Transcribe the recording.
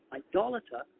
idolater